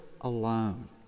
alone